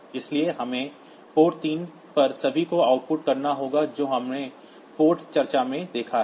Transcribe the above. इसलिए हमें पोर्ट 3 पर सभी को आउटपुट करना होगा जो हमने पोर्ट चर्चा में देखा है